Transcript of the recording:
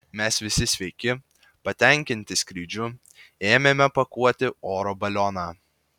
mes visi sveiki patenkinti skrydžiu ėmėme pakuoti oro balioną